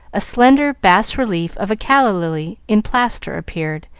a slender bas-relief of a calla lily in plaster appeared,